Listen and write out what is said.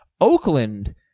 Oakland